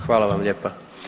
Hvala vam lijepa.